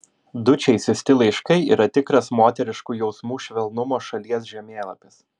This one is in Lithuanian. dučei siųsti laiškai yra tikras moteriškų jausmų švelnumo šalies žemėlapis